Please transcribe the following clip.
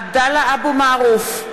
עבדאללה אבו מערוף,